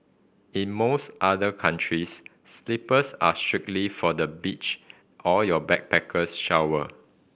in most other countries slippers are strictly for the beach or your backpackers shower